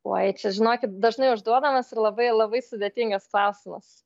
oi čia žinokit dažnai užduodamas ir labai labai sudėtingas klausimas